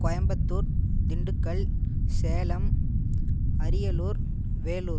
Coimbatore Dindigul Salem Ariyalur Vellore